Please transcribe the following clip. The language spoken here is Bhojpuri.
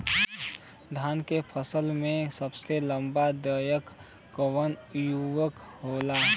धान के फसल में सबसे लाभ दायक कवन उर्वरक होला?